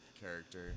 character